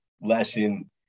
lesson